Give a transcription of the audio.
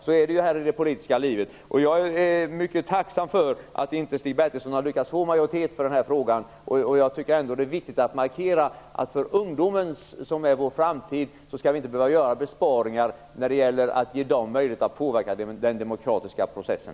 Så är det i det politiska livet. Jag är mycket tacksam över att Stig Bertilsson inte har lyckats få majoritet för den här frågan. Själv tycker jag att det är viktigt att markera att vi med tanke på ungdomen, som ju är vår framtid, inte skall behöva göra besparingar när det gäller att ge ungdomen möjlighet att påverka den demokratiska processen.